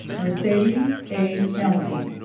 mercedes a. hamilton